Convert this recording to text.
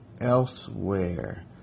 elsewhere